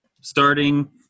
Starting